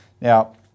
Now